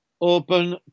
open